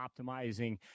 optimizing